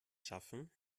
schaffen